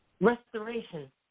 Restoration